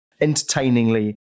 entertainingly